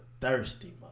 thirsty